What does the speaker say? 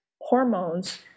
hormones